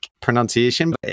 pronunciation